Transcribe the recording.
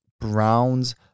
Browns